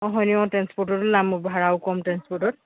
অঁ হয় নি অঁ ট্ৰেনস্প'ৰ্টতে ওলাম অঁ ভাড়াও কম ট্ৰেনস্প'ৰ্টত